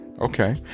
Okay